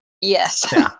Yes